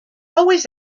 always